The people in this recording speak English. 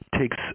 takes